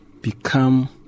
become